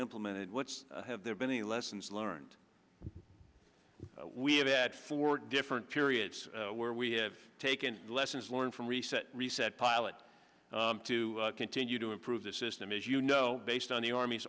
implemented what's have there been any lessons learned we have had four different periods where we have taken lessons learned from reset reset pilot to continue to improve the system is you know based on the army's